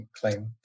claim